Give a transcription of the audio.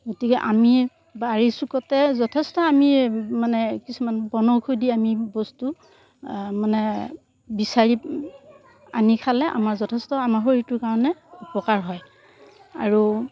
গতিকে আমি বাৰীৰ চোকতে যথেষ্ট আমি মানে কিছুমান বনৌষধি আমি বস্তু মানে বিচাৰি আনি খালে আমাৰ যথেষ্ট আমাৰ শৰীৰটোৰ কাৰণে উপকাৰ হয় আৰু